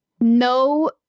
no